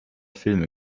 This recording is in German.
filme